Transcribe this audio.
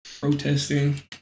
protesting